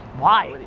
why?